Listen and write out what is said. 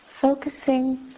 focusing